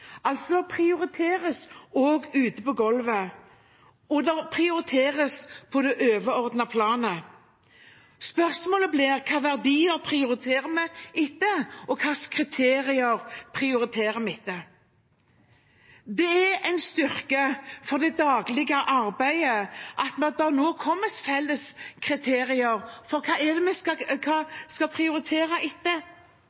Det prioriteres også ute på golvet, og det prioriteres på det overordnede planet. Spørsmålet blir: Hvilke verdier og kriterier prioriterer vi etter? Det er en styrke for det daglige arbeidet at det nå kommer felles kriterier for hva det er vi skal